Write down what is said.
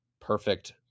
perfect